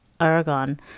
Aragon